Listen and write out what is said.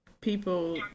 people